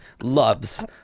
loves